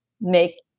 make